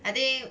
I think